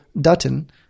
Dutton